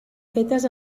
fetes